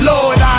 Lord